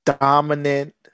dominant –